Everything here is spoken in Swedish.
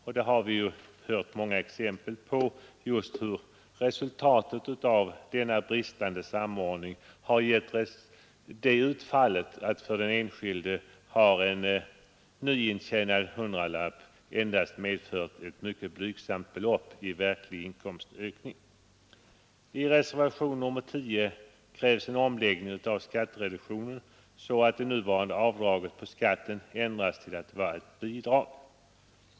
Vi har hört många exempel på hur denna bristande samordning givit utfallet att av en nyintjänad hundralapp blir det kvar endast ett blygsamt belopp i verklig inkomstökning. I reservationen 10 krävs en omläggning av skattereduktionen så att det nuvarande avdraget på skatten ändras till att vara ett bidrag.